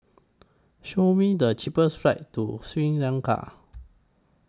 Show Me The cheapest flights to Sri Lanka